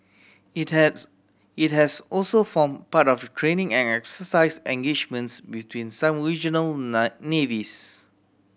it has it has also formed part of the training and exercise engagements between some regional navies